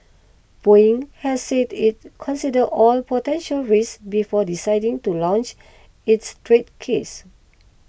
Boeing has said it considered all potential risks before deciding to launch its trade case